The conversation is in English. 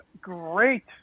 great